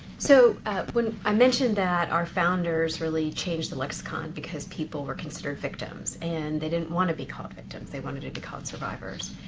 so when i mentioned that our founders really changed the lexicon because people were considered victims and they didn't want to be called victims. they wanted to be called survivors.